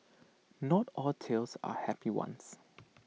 not all tales are happy ones